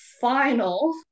final